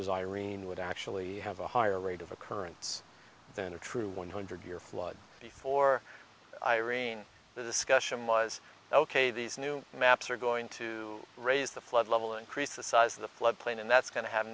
as irene would actually have a higher rate of occurrence than a true one hundred year flood before irene the discussion was ok these new maps are going to raise the flood level increase the size of the flood plain and that's going to have